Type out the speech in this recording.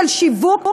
של שיווק,